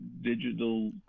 digital